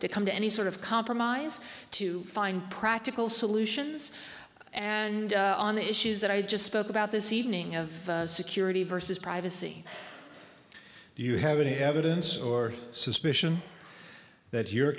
to come to any sort of compromise to find practical solutions and on the issues that i just spoke about this evening of security versus privacy you have any evidence or suspicion that your